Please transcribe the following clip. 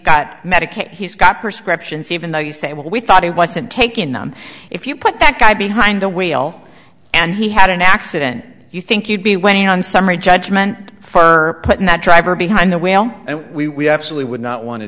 got medicaid he's got prescriptions even though you say well we thought he wasn't taken on if you put that guy behind the wheel and he had an accident you think you'd be waiting on summary judgment for putting that driver behind the wheel and we absolutely would not want to